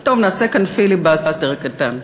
טוב, נעשה כאן פיליבסטר קטן.